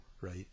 right